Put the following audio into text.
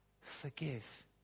forgive